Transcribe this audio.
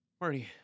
Marty